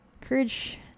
courage